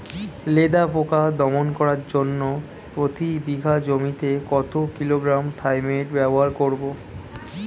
লেদা পোকা দমন করার জন্য প্রতি বিঘা জমিতে কত কিলোগ্রাম থাইমেট ব্যবহার করব?